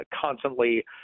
constantly